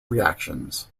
reactions